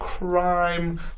Crime